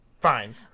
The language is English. fine